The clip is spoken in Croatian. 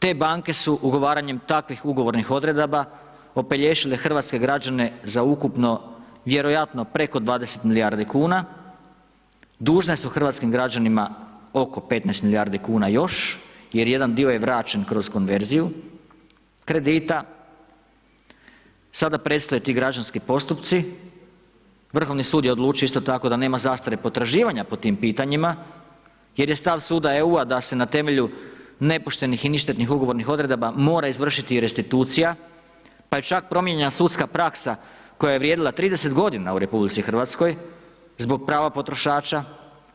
Te banke su ugovaranjem takvih ugovornih odredaba opelješile hrvatske građane za ukupno, vjerojatno preko 20 milijardi kuna, dužne su hrvatskim građanima oko 15 milijardi kuna još jer jedan dio je vraćen kroz konverziju kredita, sada predstoje ti građanski postupci, vrhovni sud je odlučio isto tako da nema zastare potraživanja po tim pitanjima jer je stav suda EU-a da se na temelju nepoštenih i ništetnih ugovornih odredaba mora izvršiti restitucija pa je čak promijenjena sudska praksa koja je vrijedila 30 godina u RH zbog prava potrošača,